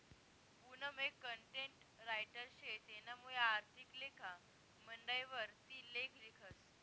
पूनम एक content writer शे तेनामुये आर्थिक लेखा मंडयवर ती लेख लिखस